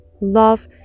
Love